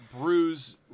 bruise